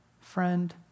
friend